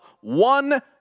one